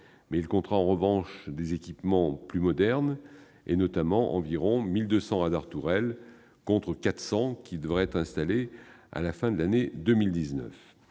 mais il comptera, en revanche, des équipements plus modernes, et notamment environ 1 200 radars tourelles, contre 400 qui devraient avoir été installés à la fin de 2019,